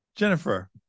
Jennifer